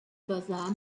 basar